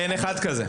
אין אחד כזה?